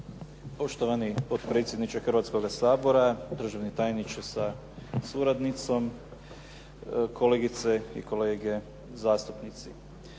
Poštovani potpredsjedniče Hrvatskoga sabora, državni tajniče sa suradnicom, kolegice i kolege zastupnici.